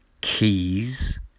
Keys